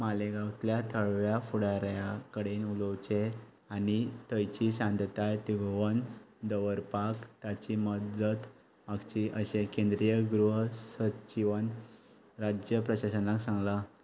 मालेगांवतल्या थळव्या फुडाऱ्यां कडेन उलोवचें आनी थंयची शांतताय तिगोवन दवरपाक ताची मदत मागची अशें केंद्रीय गृह सचिवान राज्य प्रशाशनाक सांगलां